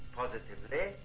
positively